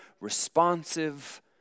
responsive